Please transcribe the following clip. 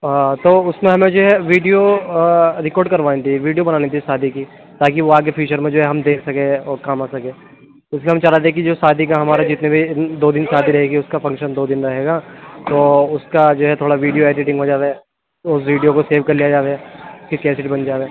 آ تو اُس میں ہمیں جو ہے ویڈیو ریکارڈ کروانی تھی ویڈیو بنانی تھی شادی کی تاکہ وہ آگے فیوچر میں ہم دیکھ سکیں اور کام آ سکے اُس میں ہم چاہ رہے تھے کہ جو شادی کا ہمارے جتنے بھی دو دِن شادی رہے گی اُس کا فنکشن دو دِن رہے گا تو اُس کا جو ہے تھوڑا ویڈیو ایڈیٹنگ وغیرہ وہ ویڈیو کو سیو کر لیا جائے پھر کیسٹ بن جائے